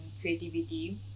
creativity